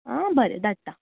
आं बरे धाडटा